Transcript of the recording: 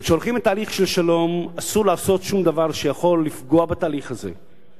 וכשהולכים לתהליך של שלום אסור לעשות שום דבר שיכול לפגוע בתהליך הזה.